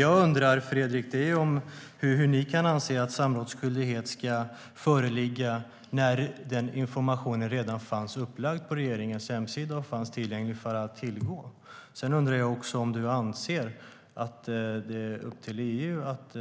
Jag undrar hur ni kan anse att samrådsskyldighet ska föreligga när informationen redan fanns upplagd och tillgänglig på regeringens hemsida. Jag undrar också om du, Fredrik, anser att det är upp till EU att